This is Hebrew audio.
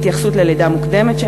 התייחסות ללידה מוקדמת,